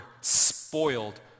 spoiled